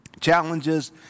challenges